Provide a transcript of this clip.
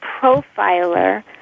profiler